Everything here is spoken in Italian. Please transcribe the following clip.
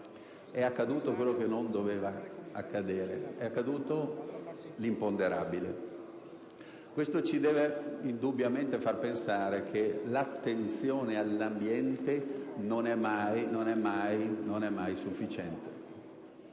È accaduto quello che non doveva accadere; è accaduto l'imponderabile. Ciò deve indubbiamente farci pensare che l'attenzione all'ambiente non è mai sufficiente.